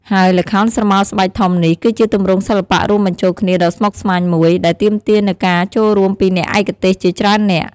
ហើយល្ខោនស្រមោលស្បែកធំនេះ គឺជាទម្រង់សិល្បៈរួមបញ្ចូលគ្នាដ៏ស្មុគស្មាញមួយ ដែលទាមទារនូវការចូលរួមពីអ្នកឯកទេសជាច្រើននាក់។